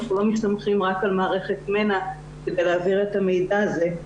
ואנחנו לא מסתמכים רק על מערכת מנ"ע כדי להעביר את המידע הזה.